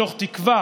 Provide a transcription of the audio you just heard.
מתוך תקווה